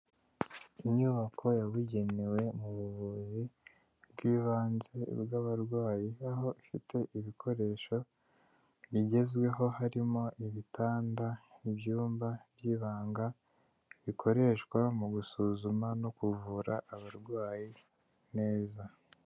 Inyubako yabugenewe mu buvuzi bw'ibanze bw'abarwayi, aho ifite ibikoresho bigezweho harimo ibitanda, ibyumba by'ibanga, bikoreshwa mu gusuzuma no kuvura abarwayi neza.